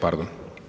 Pardon.